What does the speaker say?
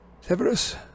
Severus